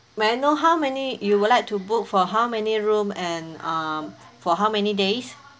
may I know how many you would like to book for how many room and um for how many days